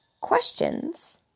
questions